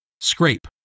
Scrape